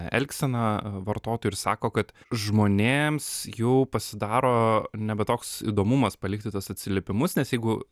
elgseną vartotojų ir sako kad žmonėms jau pasidaro nebe toks įdomumas palikti tuos atsiliepimus nes jeigu